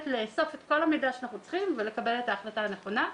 לאסוף את כל המידע שאנחנו צריכים ולקבל את ההחלטה הנכונה.